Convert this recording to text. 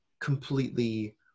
completely